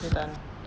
okay done